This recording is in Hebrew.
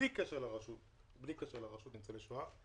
בלי קשר לרשות לניצולי שואה,